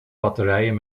batterijen